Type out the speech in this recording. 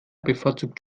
bevorzugt